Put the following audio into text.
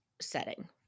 setting